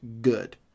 good